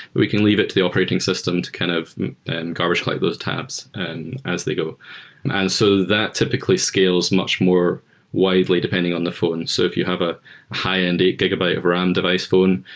we can leave it to the operating system to kind of garbage collect those tabs and as they go and so that typically scales much more widely depending on the phone. so if you have a high-end eight gigabyte of ram device phone,